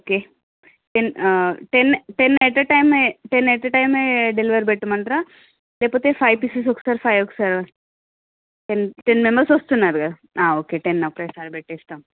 okay ten ten ten at a టైమే ten at a టైమే delivery పెట్టమంటరా లేకపోతే ఫైవ్ పీసెస్ ఒక సారి ఫైవ్ ఒక సారి టెన్ టెన్ మెంబర్స్ వస్తున్నారుగా ఓకే టెన్ ఒకేసారి పెట్టేస్తాం